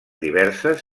diverses